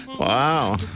Wow